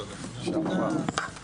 הישיבה ננעלה בשעה 16:05.